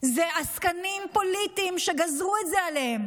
זה עסקנים פוליטיים שגזרו את זה עליהם.